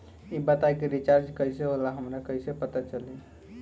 ई बताई कि रिचार्ज कइसे होला हमरा कइसे पता चली?